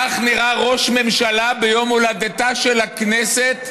כך נראה ראש ממשלה ביום הולדתה של הכנסת?